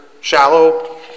shallow